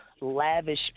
lavish